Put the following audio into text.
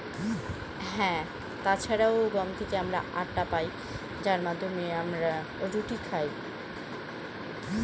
গমকে কে পিষে সুজি বানানো হয়